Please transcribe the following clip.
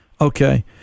Okay